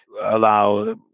allow